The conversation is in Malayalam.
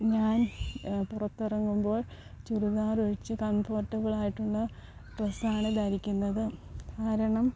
ഞാൻ പുറത്തിറങ്ങുമ്പോൾ ചുരിദാർ ഒഴിച്ച് കംഫോർട്ടബിൾ ആയിട്ടുള്ള ഡ്രസ്സ് ആണ് ധരിക്കുന്നത് കാരണം